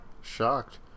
shocked